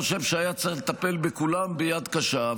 אני חושב שהיה צריך לטפל בכולם ביד קשה.